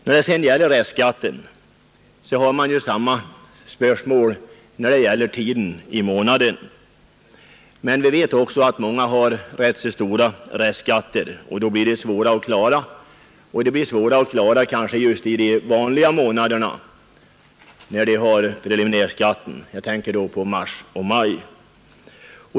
När det sedan gäller restskatten, så har man ju samma spörsmål beträffande tiden i månaden. Men vi vet också att många har rätt stora restskatter, och då blir de svåra att klara kanske just därför att man också har preliminärskatten i mars och maj.